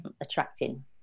attracting